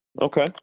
Okay